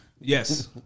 Yes